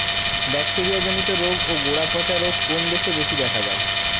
Bacteria জনিত রোগ ও গোড়া পচা রোগ কোন দেশে বেশি দেখা যায়?